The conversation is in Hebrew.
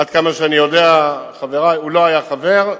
עד כמה שאני יודע, הוא לא היה חבר.